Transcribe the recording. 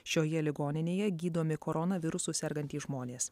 šioje ligoninėje gydomi koronavirusu sergantys žmonės